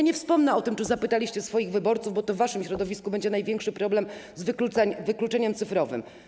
Nie wspomnę o tym, czy zapytaliście swoich wyborców, bo to w waszym środowisku będzie największy problem z wykluczeniem cyfrowym.